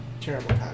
Terrible